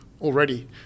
already